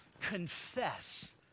confess